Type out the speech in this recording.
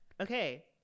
okay